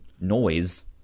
noise